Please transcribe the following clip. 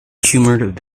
humoured